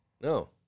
No